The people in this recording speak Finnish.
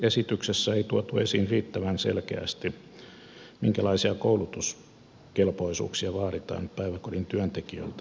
esityksessä ei tuotu esiin riittävän selkeästi minkälaisia koulutuskelpoisuuksia vaaditaan päiväkodin työntekijöiltä